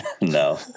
No